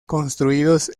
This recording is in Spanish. construidos